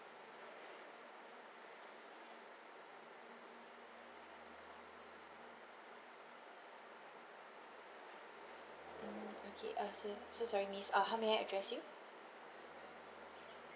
mm okay uh so so sorry miss uh how may I address you